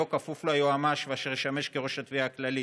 כפוף ליועמ"ש ואשר ישמש כראש התביעה הכללית.